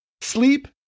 Sleep